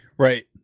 Right